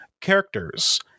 Characters